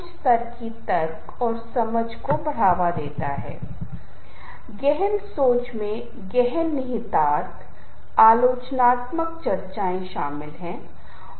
वास्तव में हमने इस तरह के अध्ययन किए और पाया कि अधिकांश लोग जब भक्ति के साथ संगीत के प्रकार से जुड़े होते हैं तो प्रार्थनाओं के मंदिरों की छवि दीपों की पूजा या पूजा और अन्य कई चीजें होती हैं